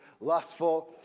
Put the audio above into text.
lustful